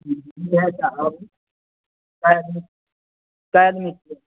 उएह ठाम आबू कए आदमी कए आदमी छियै